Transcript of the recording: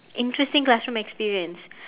interesting classroom experience